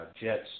jets